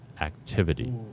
activity